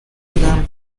بودم